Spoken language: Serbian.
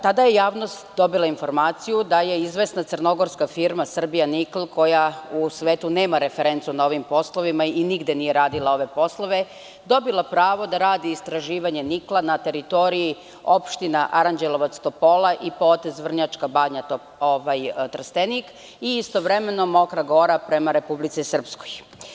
Tada je javnost dobila informaciju da je izvesna crnogorska firma „Srbija nikl“ koja u svetu nema referencu na ovim poslovima i nigde nije radila ove posle, dobila pravo da radi istraživanje nikla na teritoriji opština Aranđelovac-Topola i potez Vrnjačka banja-Trstenik i istovremeno Mokra Gora prema Republici Srpskoj.